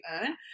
earn